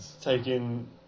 taking